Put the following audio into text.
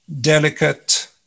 delicate